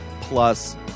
Plus